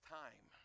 time